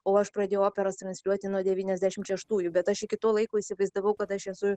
o aš pradėjau operas transliuoti nuo devyniasdešimt šeštųjų bet aš iki to laiko įsivaizdavau kad aš esu